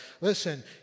Listen